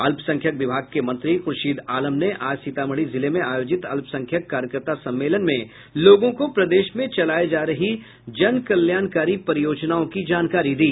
अल्पसंख्यक विभाग के मंत्री खूर्शीद आलम ने आज सीतामढ़ी जिले में आयोजित अल्पसंख्यक कार्यकर्ता सम्मेलन में लोगों को प्रदेश में चलाए जा रही जन कल्याणकारी परियोजनाओं की जानकारी दी